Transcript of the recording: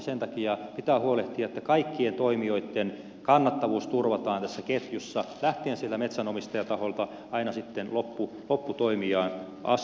sen takia pitää huolehtia että kaikkien toimijoitten kannattavuus turvataan tässä ketjussa sieltä metsänomistajataholta lähtien aina sitten lopputoimijaan asti